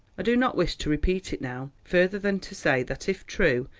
do not wish to repeat it now, further than to say that, if true,